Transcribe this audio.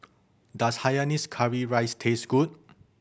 does hainanese curry rice taste good